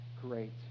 great